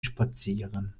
spazieren